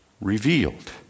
revealed